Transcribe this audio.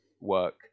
work